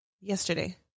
Yesterday